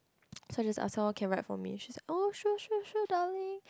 so I just ask her lor can write for me she's like oh sure sure sure darling